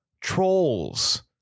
Trolls